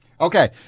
Okay